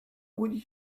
would